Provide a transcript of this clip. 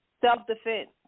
self-defense